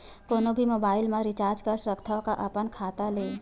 कोनो भी मोबाइल मा रिचार्ज कर सकथव का अपन खाता ले?